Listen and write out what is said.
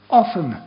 often